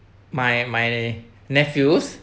my my nephews